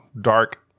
Dark